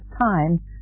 time